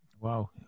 Wow